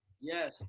Yes